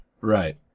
Right